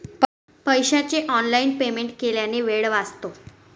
पैशाचे online payment केल्याने वेळ वाचतो